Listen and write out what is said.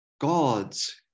God's